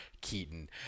Keaton